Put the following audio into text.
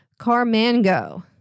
Carmango